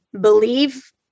believe